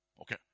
Okay